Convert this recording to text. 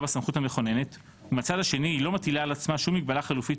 בסמכות המכוננת ומהצד השני היא לא מטילה על עצמה שום מגבלה חלופית